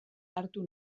hartu